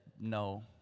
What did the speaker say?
no